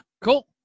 cool